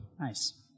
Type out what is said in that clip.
Nice